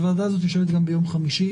גם ביום חמישי,